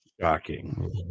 shocking